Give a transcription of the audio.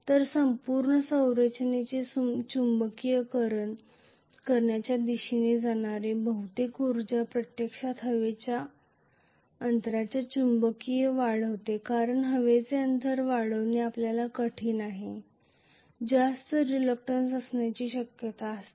तर संपूर्ण संरचनेचे चुंबकीयकरण करण्याच्या दिशेने जाणारी बहुतेक उर्जा प्रत्यक्षात हवेच्या अंतरात चुंबकीय वाढवते कारण हवेची अंतर वाढवणे आपल्याला कठीण आणि जास्त रिलक्टंन्स असण्याची शक्यता असते